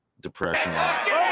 depression